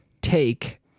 take